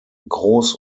groß